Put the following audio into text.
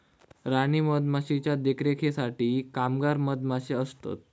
राणी मधमाशीच्या देखरेखीसाठी कामगार मधमाशे असतत